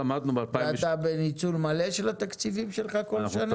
ואתה בניצול מלא של התקציבים שלך כל שנה?